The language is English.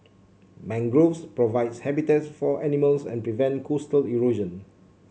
mangroves provide habitats for animals and prevent coastal erosion